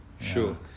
Sure